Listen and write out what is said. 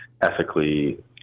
ethically